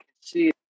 see